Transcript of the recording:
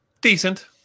Decent